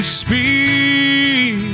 speak